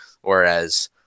Whereas